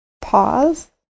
Pause